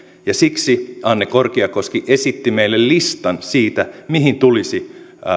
ja siksi anne korkiakoski esitti meille listan siitä mihin tulisi